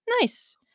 Nice